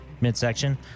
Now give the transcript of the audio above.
Midsection